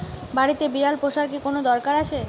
বাড়িতে বিড়াল পোষার কি কোন দরকার আছে?